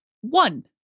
one